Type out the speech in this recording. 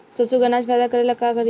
सरसो के अनाज फायदा करेला का करी?